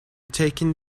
taking